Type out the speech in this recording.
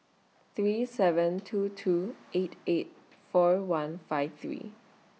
three seven two two eight eight four one five three